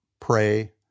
pray